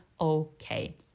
okay